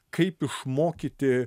kaip išmokyti